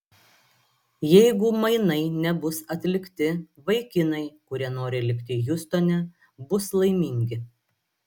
jeigu mainai nebus atlikti vaikinai kurie nori likti hjustone bus laimingi